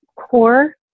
core